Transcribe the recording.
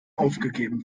aufgegeben